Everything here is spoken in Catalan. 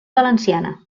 valenciana